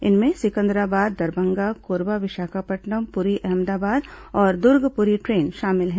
इनमें सिकंदराबाद दरभंगा कोरबा विशाखापट्नम पुरी अहमदाबाद और दुर्ग पुरी ट्रेन शामिल हैं